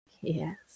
Yes